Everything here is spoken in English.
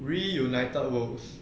reunited worlds